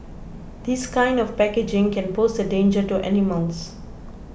this kind of packaging can pose a danger to animals